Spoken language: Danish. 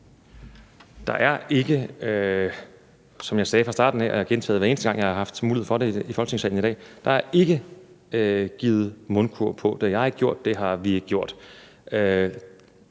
Der er ikke, som jeg sagde fra starten og har gentaget, hver eneste gang jeg har haft mulighed for det, i Folketingssalen i dag, givet mundkurv på. Det har jeg ikke gjort, det har vi ikke gjort.